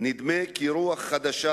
נדמה כי רוח חדשה